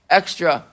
extra